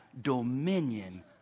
dominion